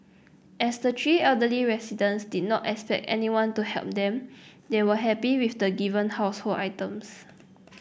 as the three elderly residents did not expect anyone to help them they were happy with the given household items